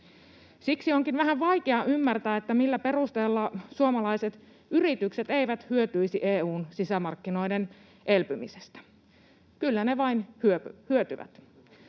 Siksi onkin vähän vaikea ymmärtää, millä perusteella suomalaiset yritykset eivät hyötyisi EU:n sisämarkkinoiden elpymisestä. Kyllä ne vain hyötyvät.